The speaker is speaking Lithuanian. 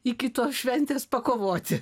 iki tos šventės pakovoti